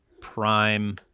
Prime